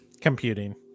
Computing